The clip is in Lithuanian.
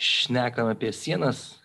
šnekam apie sienas